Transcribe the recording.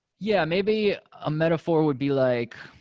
yeah, maybe a metaphor would be like